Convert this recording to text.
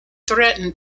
threatened